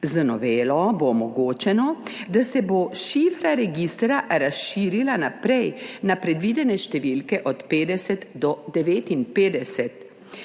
Z novelo bo omogočeno, da se bo šifra registra razširila naprej na predvidene številke od 50 do 59.